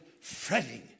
fretting